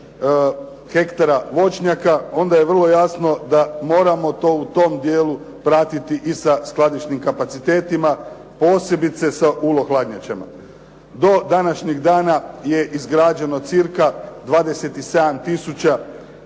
hektara voćnjaka. Onda je vrlo jasno da moramo to u tom dijelu pratiti i sa skladišnim kapacitetima, posebice sa ULO hladnjačama. Do današnjeg dana je izgrađeno cca. 27 tisuća